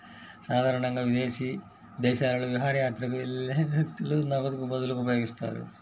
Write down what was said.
సాధారణంగా విదేశీ దేశాలలో విహారయాత్రకు వెళ్లే వ్యక్తులు నగదుకు బదులుగా ఉపయోగిస్తారు